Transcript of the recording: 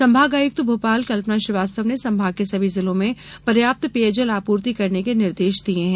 संभागायुक्त भोपाल कल्पना श्रीवास्तव ने संभाग के सभी जिलों में पर्याप्त पेयजल आपूर्ति करने के निर्देश दिये हैं